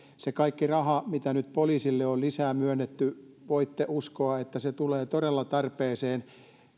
se kaikki raha mitä nyt poliisille on lisää myönnetty voitte uskoa että se tulee todella tarpeeseen